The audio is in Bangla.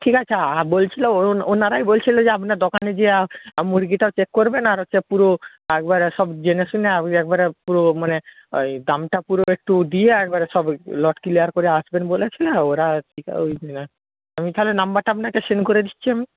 ঠিক আছে আর বলছিলাম ওনারাই বলছিল যে আপনার দোকানে যেয়ে মুরগিটাও চেক করবেন আর হচ্ছে পুরো একবারে সব জেনে শুনে আপনি একবারে পুরো মানে ওই দামটা পুরো একটু দিয়ে একবারে সব লট ক্লিয়ার করে আসবেন বলেছিল ওরা আমি তাহলে নাম্বারটা আপনাকে সেন্ড করে দিচ্ছি আমি